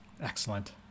Excellent